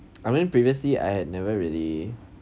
I mean previously I had never really